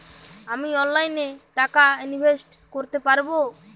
আমি অনলাইনে টাকা ইনভেস্ট করতে পারবো?